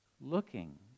Looking